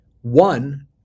One